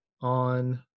on